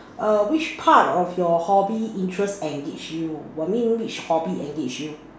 err which part of your hobby interest engage you I mean which hobby engage you